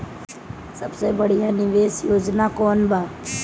सबसे बढ़िया निवेश योजना कौन बा?